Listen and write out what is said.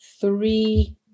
three